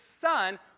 son